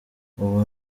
ubu